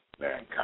mankind